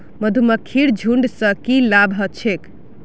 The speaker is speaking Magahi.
मधुमक्खीर झुंड स की लाभ ह छेक